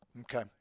Okay